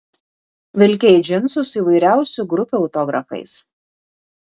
vilkėjai džinsus su įvairiausių grupių autografais